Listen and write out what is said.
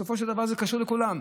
בסופו של דבר זה קשור לכולם,